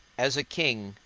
as a king,